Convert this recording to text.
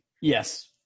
Yes